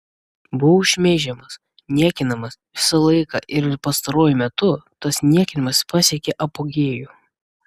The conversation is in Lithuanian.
buvau šmeižiamas niekinamas visą laiką ir pastaruoju metu tas niekinimas pasiekė apogėjų